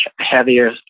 heavier